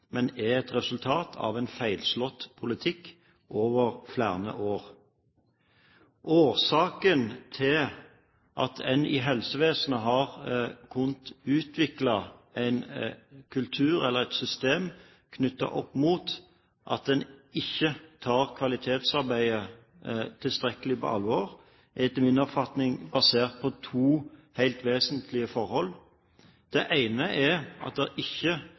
men det er et resultat av en feilslått politikk over flere år. Årsaken til at man i helsevesenet har kunnet utvikle en kultur – eller et system – knyttet opp mot at man ikke tar kvalitetsarbeidet tilstrekkelig på alvor, er etter min oppfatning basert på to helt vesentlige forhold. Det ene er at det ikke